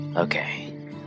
Okay